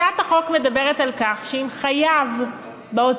הצעת החוק מדברת על כך שאם חייב בהוצאה